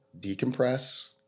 decompress